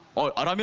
are i mean